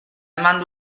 eman